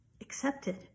accepted